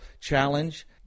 challenge